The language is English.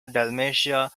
dalmatia